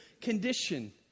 condition